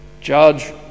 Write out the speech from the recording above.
Judge